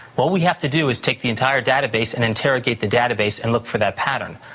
what we have to do is take the entire database and interrogate the database and look for that pattern.